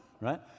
right